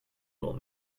little